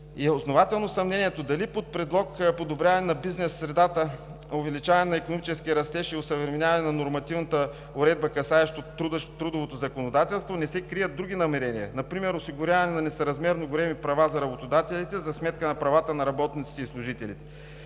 Основателно е съмнението дали под предлог подобряването на бизнес средата, увеличаването на икономическия растеж и осъвременяването на нормативната уредба, касаеща трудовото законодателство, не се крият други намерения – например осигуряване на несъразмерно големи права на работодателите за сметка на правата на работниците и служителите?